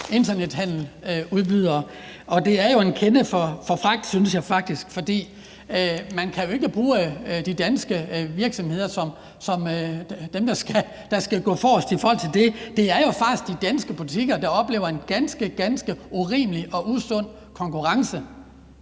det er en kende forfejlet, synes jeg faktisk, for man kan jo ikke bruge de danske virksomheder som dem, der skal gå forrest i forhold til det. Det er jo faktisk de danske butikker, der oplever en ganske urimelig og usund konkurrence,